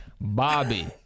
Bobby